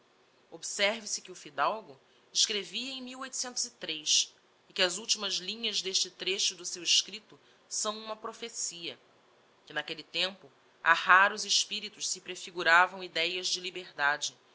observe se que o fidalgo escrevia em e que as ultimas linhas d'este trecho do seu escripto são uma prophecia que n'aquelle tempo a raros espiritos se prefiguravam idéas de liberdade